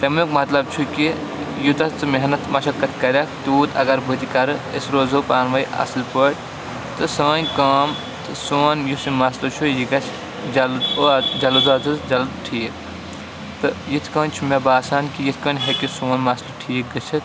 تَمیُک مطلب چھُ کہِ یوٗتاہ ژٕ محنت مشقت کَرَکھ تیوٗت اگر بہٕ تہِ کَرٕ أسۍ روزو پانہٕ ؤنۍ اَصٕل پٲٹھۍ تہٕ سٲنۍ کٲم تہٕ سون یُس یہِ مسلہٕ چھُ یہِ گژھِ جلٕد باد جلٕد باد حظ جلٕد ٹھیٖک تہٕ یِتھ کٔنۍ چھُ مےٚ باسان کہِ یِتھ کٔنۍ ہیٚکہِ سون مَسلہٕ ٹھیٖک گٔژھِتھ